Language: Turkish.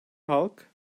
halk